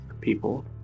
people